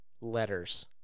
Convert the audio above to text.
Letters